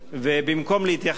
ובמקום להתייחס,